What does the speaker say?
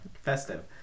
Festive